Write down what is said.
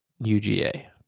UGA